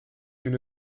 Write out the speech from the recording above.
une